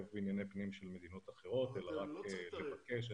בענייני פנים של מדינות אחרות אלא רק לבקש.